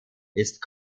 ist